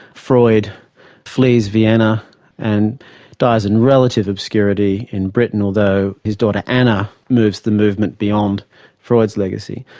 freud flees vienna and dies in relative obscurity in britain although his daughter anna moves the movement beyond freud's legacy.